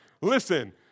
Listen